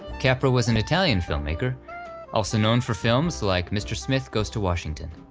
capra was an italian filmmaker also known for films like mr. smith goes to washington.